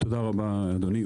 תודה רבה, אדוני.